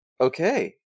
Okay